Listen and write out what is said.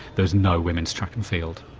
there was no women's track and field.